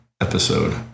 episode